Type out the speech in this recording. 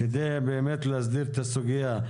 כדי באמת להסדיר את הסוגיה.